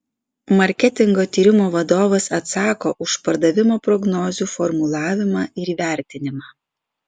marketingo tyrimo vadovas atsako už pardavimo prognozių formulavimą ir įvertinimą